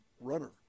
runner